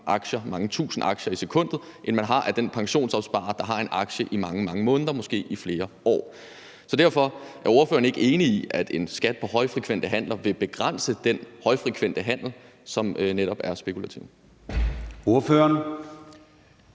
mange tusind aktier i sekundet, end det er tilfældet med den pensionsopsparer, der har en aktie i mange, mange måneder, måske i flere år. Derfor vil jeg gerne spørge ordføreren: Er ordføreren ikke enig i, at en skat på højfrekvente handler vil begrænse den højfrekvente handel, som netop er spekulativ? Kl.